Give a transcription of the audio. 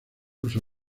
uso